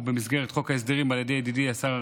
במסגרת חוק ההסדרים על ידי ידידי שר